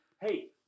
Hey